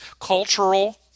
Cultural